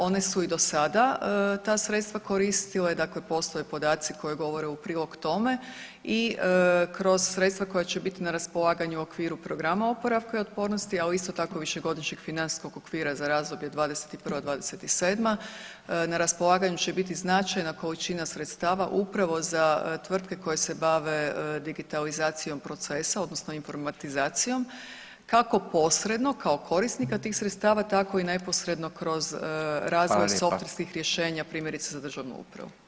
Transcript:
One su i do sada ta sredstva koristile, dakle postoje podaci koje govore u prilog tome i kroz sredstva koja će bit na raspolaganju u okviru programa oporavka i otpornosti, ali isto tako višegodišnjeg financijskog okvira za razdoblje '21.-'27. na raspolaganju će biti značajna količina sredstava upravo za tvrtke koje se bave digitalizacijom procesa odnosno informatizacijom kako posredno kao korisnika tih sredstava tako i neposredno kroz razvoj softverskih rješenja, primjerice za državnu upravu.